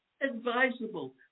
advisable